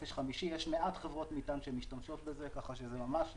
התעופה במזרח מתחילה לעבוד לאט לאט ואנחנו מחזיקים.